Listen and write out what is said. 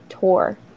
tour